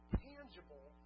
tangible